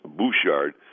Bouchard